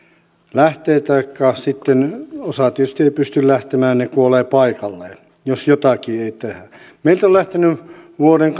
lähtee taikka sitten osa tietysti ei pysty lähtemään ne kuolevat paikalleen jos jotakin ei tehdä meiltä on lähtenyt vuoden